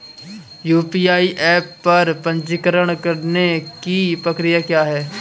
UPI app पर पंजीकरण करने की प्रक्रिया क्या है?